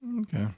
Okay